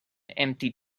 empty